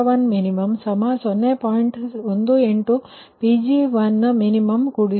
18 Pg1min41